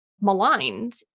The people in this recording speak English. maligned